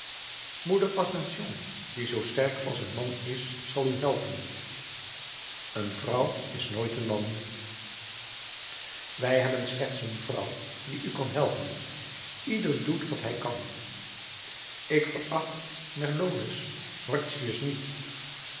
moeder ascension die zoo sterk als een man is zal u helpen een vrouw is nooit een man wij hebben slechts een vrouw die u kan helpen ieder doet wat hij kan ik veracht merlonus horstius niet